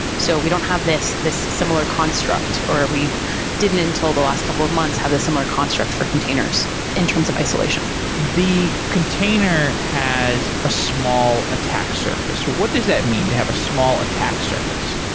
so we don't have this this similar construct, or we didn't until the last couple of months have this similar construct for containers in terms of isolation the container has a small attack surface. what does that mean to have a small attack surface?